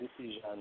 decision